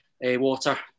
water